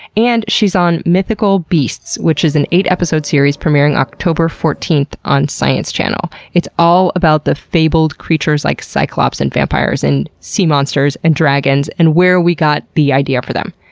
and she's on mythical beasts, which is an eight episode episode series premiering october fourteenth on science channel. it's all about the fabled creatures like cyclops, and vampires, and sea monsters, and dragons, and where we got the idea for them.